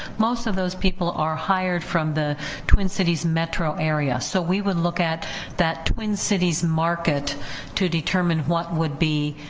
most of those people are hired from the twin cities metro area, so we would look at that twin cities market to determine what would be